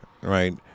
right